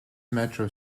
metro